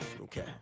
Okay